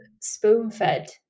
spoon-fed